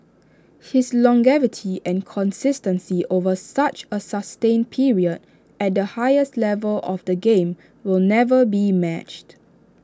his longevity and consistency over such A sustained period at the highest level of the game will never be matched